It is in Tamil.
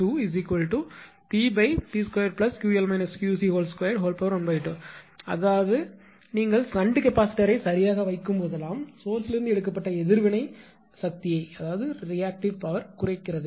அதனால் அதாவது நீங்கள் ஷன்ட் கெபாசிட்டரை சரியாக வைக்கும்போதெல்லாம் மூலத்திலிருந்து எடுக்கப்பட்ட எதிர்வினை சக்தியைக்ராக்ட்டிவ் பவர் குறைக்கிறது